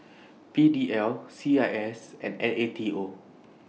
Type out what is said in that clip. P D L C I S and N A T O